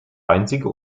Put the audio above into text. einzige